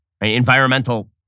environmental